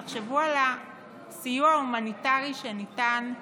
תחשבו על הסיוע ההומניטרי שניתן.